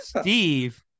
Steve